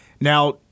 Now